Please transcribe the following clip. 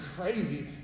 crazy